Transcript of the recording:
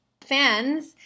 fans